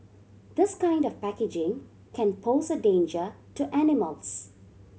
this kind of packaging can pose a danger to animals